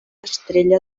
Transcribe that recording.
estrella